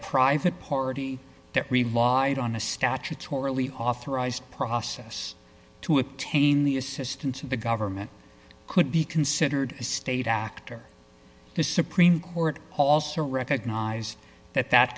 private party that relied on a statutorily authorized process to obtain the assistance of the government could be considered a state actor the supreme court also recognize that that